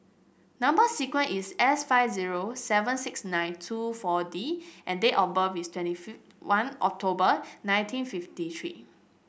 number sequence is S five zero seven six nine two four D and date of birth is twenty one October nineteen fifty three